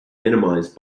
minimized